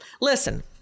listen